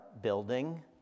building